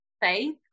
faith